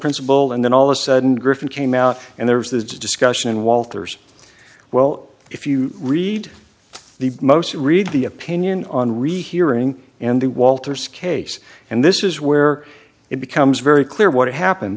principle and then all a sudden griffin came out and there was this discussion walters well if you read the most read the opinion on rehearing and the walters case and this is where it becomes very clear what happened